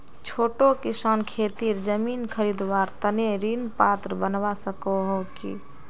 छोटो किसान खेतीर जमीन खरीदवार तने ऋण पात्र बनवा सको हो कि?